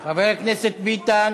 חבר הכנסת ביטן.